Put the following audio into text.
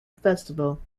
festival